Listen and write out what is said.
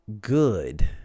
Good